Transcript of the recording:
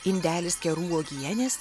indelis kerų uogienės